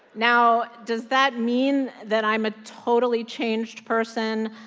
now, does that mean that i'm a totally changed person?